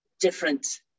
different